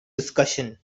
discussion